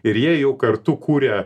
ir jie jau kartu kuria